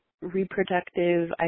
reproductive